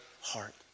heart